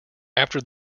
after